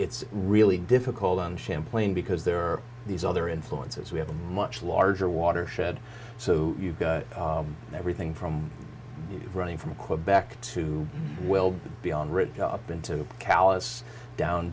it's really difficult on champlain because there are these other influences we have a much larger watershed so you've got everything from running from quebec to well beyond rig up into callus down